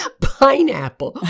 Pineapple